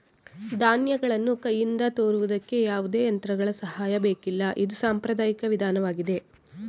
ಧಾನ್ಯಗಳನ್ನು ಕೈಯಿಂದ ತೋರುವುದಕ್ಕೆ ಯಾವುದೇ ಯಂತ್ರಗಳ ಸಹಾಯ ಬೇಕಿಲ್ಲ ಇದು ಸಾಂಪ್ರದಾಯಿಕ ವಿಧಾನವಾಗಿದೆ